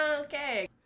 Okay